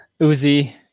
Uzi